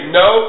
no